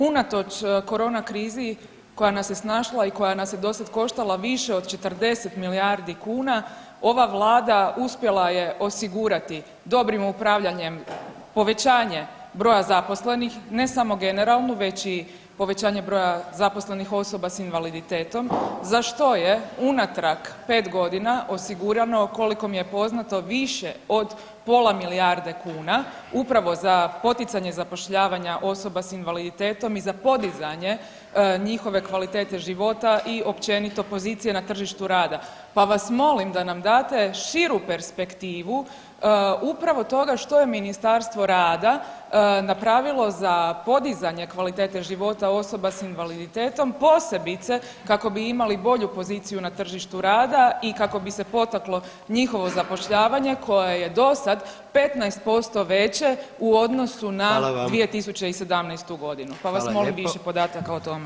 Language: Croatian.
Unatoč korona krizi koja nas je snašla i koja nas je dosad koštala više od 40 milijardi kuna, ova Vlada uspjela je osigurati dobrim upravljanjem povećanje broja zaposlenih, ne samo generalno već i povećanje broja zaposlenih osoba s invaliditetom, za što je unatrag 5 godina osigurano, koliko mi je poznato više od pola milijarde kuna, upravo za poticanje zapošljavanja osoba s invaliditetom i za podizanje njihove kvalitete života i općenito pozicija na tržištu rada pa vas molim da nam date širu perspektivu upravo toga što je Ministarstvo rada napravilo za podizanje kvalitete života osoba s invaliditetom, posebice kako bi imali bolju poziciju na tržištu rada i kako bi se potaklo njihovo zapošljavanje koje je dosad 15% veće u odnosu na 2017. g [[Upadica: Hvala vam.]] pa vas molim više podataka o tome.